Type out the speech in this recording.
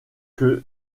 que